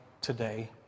today